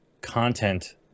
content